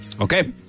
Okay